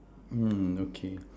mm okay